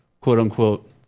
quote-unquote